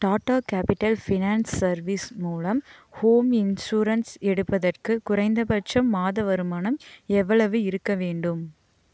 Tata capital finance service மூலம் home insurance எடுப்பதற்கு குறைந்தபட்ச மாத வருமானம் எவ்வளவு இருக்க வேண்டும்